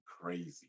crazy